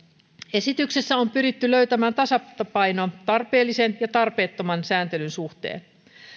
esityksessä on pyritty löytämään tasapaino tarpeellisen ja tarpeettoman sääntelyn suhteen